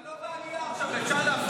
אתה לא בעלייה עכשיו, אפשר להפריע לך.